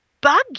bug